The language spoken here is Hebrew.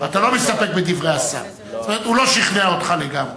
אתה לא מסתפק בדברי השר, הוא לא שכנע אותך לגמרי?